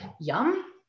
yum